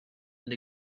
and